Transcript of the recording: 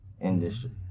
industry